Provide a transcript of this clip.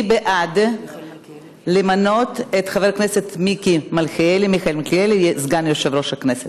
מי בעד למנות את חבר הכנסת מיכאל מלכיאלי לסגן יושב-ראש הכנסת?